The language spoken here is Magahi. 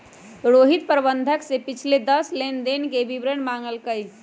रोहित प्रबंधक से पिछले दस लेनदेन के विवरण मांगल कई